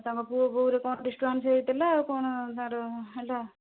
ତାଙ୍କ ପୁଅବୋହୂର କ'ଣ ଡିଷ୍ଟ୍ରଭାନ୍ସ ହୋଇଥିଲା କ'ଣ ତାର ହେଲା